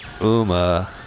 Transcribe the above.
Uma